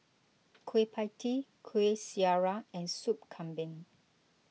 Kueh Pie Tee Kueh Syara and Soup Kambing